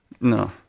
No